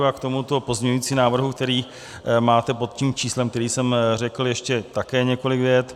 A k tomuto pozměňovacímu návrhu, který máte pod tím číslem, které jsem řekl, ještě také několik vět.